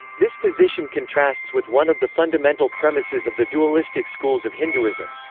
this position contrasts with one of the fundamental premises of the dualistic schools of hinduism.